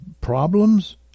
problems